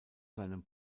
seinem